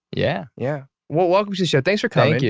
yeah. yeah. well, welcome to the show, thanks for coming.